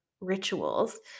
rituals